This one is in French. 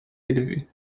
élevés